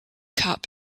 cup